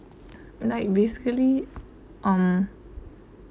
like basically um